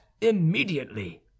immediately